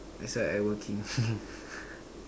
that's why I working